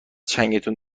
چنگتون